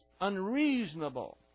unreasonable